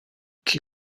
qui